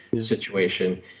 situation